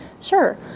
Sure